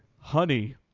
Honey